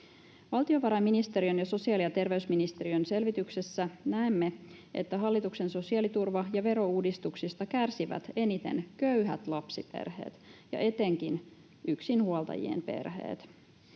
Valtiovarainministeriön ja sosiaali- ja terveysministeriön selvityksessä näemme, että hallituksen sosiaaliturva- ja verouudistuksista kärsivät eniten köyhät lapsiperheet ja etenkin yksinhuoltajien perheet.